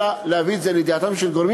אלא להביא את זה לידיעתם של גורמים,